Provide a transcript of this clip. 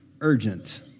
Urgent